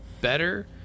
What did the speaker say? better